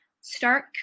start